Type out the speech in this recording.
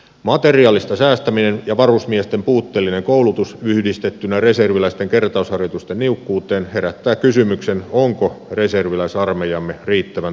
materiaalista säästäminen ja varusmiesten puutteellinen koulutus yhdistettynä reserviläisten kertausharjoitusten niukkuuteen herättää kysymyksen onko reserviläisarmeijamme riittävän toimintakykyinen